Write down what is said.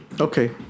Okay